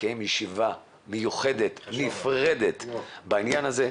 לקיים ישיבה מיוחדת נפרדת בעניין הזה.